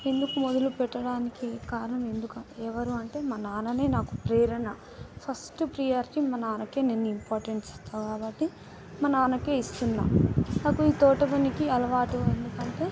ఎందుకు మొదలు పెట్టడానికి కారణం ఎందుకు ఎవరు అంటే మా నాన్ననే నాకు ప్రేరణ ఫస్ట్ ప్రియారిటీ మా నాన్నకే నేను ఇంపార్టెన్స్ ఇస్తాను కాబట్టి మా నాన్నకే ఇస్తున్నాను నాకు ఈ తోట పనికి అలవాటు ఎందుకంటే